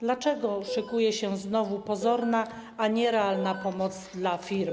Dlaczego szykuje się znowu pozorna, a nie realna pomoc dla firm?